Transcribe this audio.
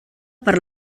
per